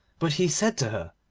but he said to her,